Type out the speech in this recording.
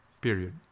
period